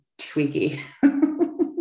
tweaky